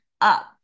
up